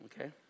Okay